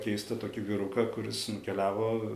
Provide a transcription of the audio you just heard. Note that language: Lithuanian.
keistą tokį vyruką kuris nukeliavo